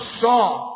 song